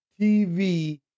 TV